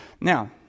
Now